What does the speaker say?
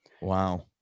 Wow